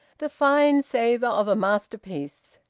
the fine savour of a masterpiece.